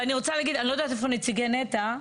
אני לא יודעת איפה נציגי נת"ע,